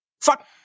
fuck